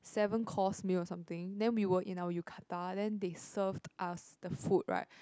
seven course meal or something then we were in our yukata then they served us the food right